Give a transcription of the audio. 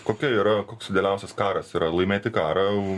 kokia yra koks idealiausias karas yra laimėti karą